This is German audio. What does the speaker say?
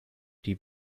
die